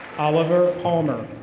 oliver palmer.